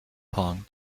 pong